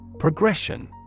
Progression